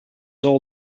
all